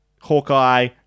Hawkeye